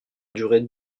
durée